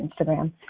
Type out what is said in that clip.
Instagram